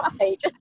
right